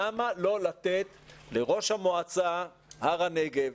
אז למה לא לתת לראש מועצת הר הנגב